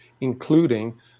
including